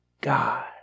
God